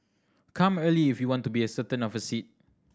come early if you want to be a certain of a seat